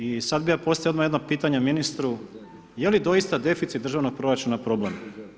I sada bi ja postavio jedno pitanje ministru, je li doista deficit državnog proračuna problem?